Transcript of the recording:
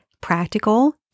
practical